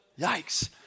Yikes